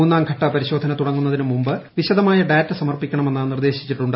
മൂന്നാംഘട്ട പരിശോധന തുടങ്ങുന്നതിന് മുമ്പ് വിശദമായ ഡാറ്റ സമർപ്പിക്കണമെന്ന് നിർദ്ദേശിച്ചിട്ടുണ്ട്